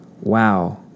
wow